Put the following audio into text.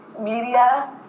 media